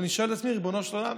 ואני שואל את עצמי: ריבונו של עולם,